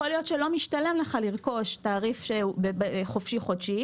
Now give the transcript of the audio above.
יכול להיות שלא משתלם לך לרכוש חופשי חודשי.